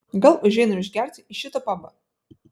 gal užeinam išgerti į šitą pabą